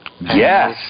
Yes